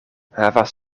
havas